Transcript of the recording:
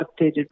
updated